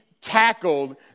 tackled